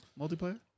multiplayer